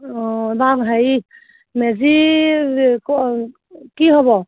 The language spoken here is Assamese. অঁ এইবাৰ হেৰি মেজি ক'ৰ কি হ'ব